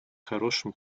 хорошим